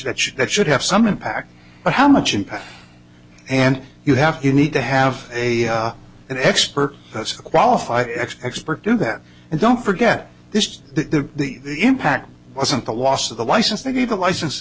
that should that should have some impact but how much impact and you have you need to have a an expert as qualified expert do that and don't forget this the impact wasn't the loss of the license they gave the license